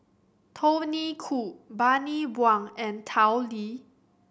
Tony Khoo Bani Buang and Tao Li